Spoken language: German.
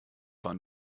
war